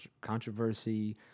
controversy